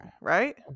right